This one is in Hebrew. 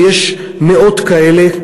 ויש מאות כאלה,